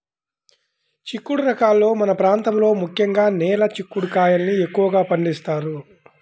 చిక్కుడు రకాలలో మన ప్రాంతంలో ముఖ్యంగా నేల చిక్కుడు కాయల్ని ఎక్కువగా పండిస్తారు